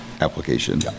application